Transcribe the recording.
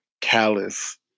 callous